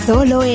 Solo